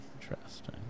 Interesting